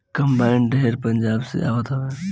combine ढेर पंजाब से आवत हवे